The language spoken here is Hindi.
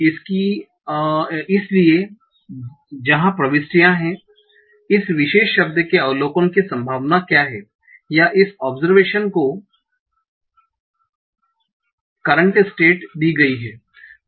इसलिए जहां प्रविष्टियां हैं इस विशेष शब्द के अवलोकन की संभावना क्या है या इस ओबसरवेशन को करंट स्टेट दी गई है